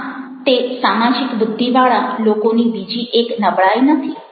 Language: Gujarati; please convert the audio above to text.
ના તે સામાજિક બુદ્ધિવાળા લોકોની બીજી એક નબળાઈ નથી